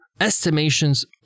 estimations